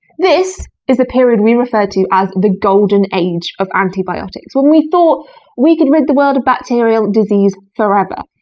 this is the period we refer to as the golden age of antibiotics, when we thought we could rid the world of bacterial disease forever.